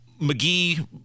McGee